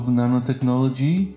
nanotechnology